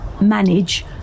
manage